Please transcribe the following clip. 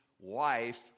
wife